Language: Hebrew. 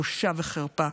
בושה וחרפה.